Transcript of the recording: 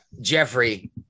Jeffrey